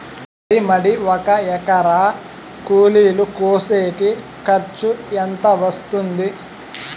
వరి మడి ఒక ఎకరా కూలీలు కోసేకి ఖర్చు ఎంత వస్తుంది?